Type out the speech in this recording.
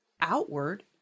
outward